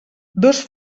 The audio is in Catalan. dos